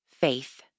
faith